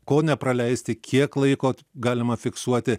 ko nepraleisti kiek laiko galima fiksuoti